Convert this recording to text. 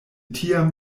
tiam